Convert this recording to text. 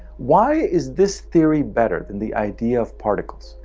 why is this theory better than the idea of particles?